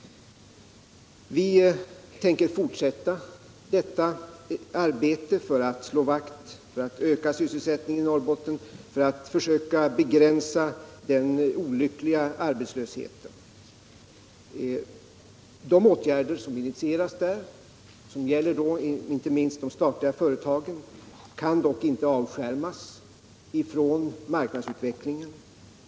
Vi tänker fortsätta detta arbete för att slå vakt om och öka sysselsättningen i Norrbotten och begränsa den olyckliga arbetslösheten. De åtgärder som initierats där — det gäller inte minst de statliga företagen — kan dock inte avskärmas från marknadsutvecklingen.